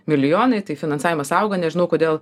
milijonai tai finansavimas auga nežinau kodėl